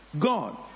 God